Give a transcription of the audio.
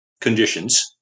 conditions